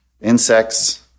insects